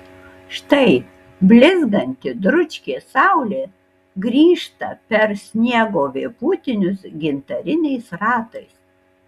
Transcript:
štai blizganti dručkė saulė grįžta per sniego vėpūtinius gintariniais ratais